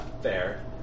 fair